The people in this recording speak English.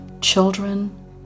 Children